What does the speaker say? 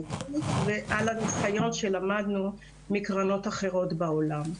--- ועל הניסיון שלמדנו מקרנות אחרות בעולם.